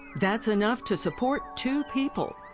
that's enough to support two people,